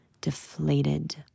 deflated